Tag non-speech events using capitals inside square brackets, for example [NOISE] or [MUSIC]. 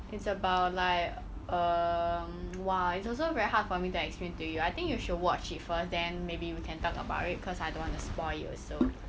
it's about like err [NOISE] !wah! it's also very hard for me to explain to you I think you should watch it first then maybe we can talk about it cause I don't want to spoil it also